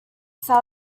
sat